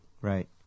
Right